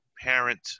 parent